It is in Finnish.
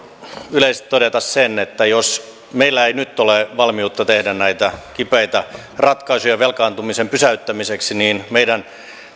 yleisesti todeta sen että jos meillä ei nyt ole valmiutta tehdä näitä kipeitä ratkaisuja velkaantumisen pysäyttämiseksi niin meidän